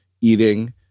eating